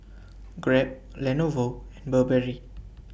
Grab Lenovo and Burberry